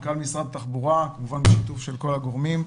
מנכ"ל משרד התחבורה כמובן בשיתוף של כל הגורמים,